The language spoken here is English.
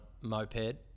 moped